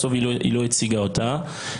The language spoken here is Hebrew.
בסוף היא לא הציגה אותה.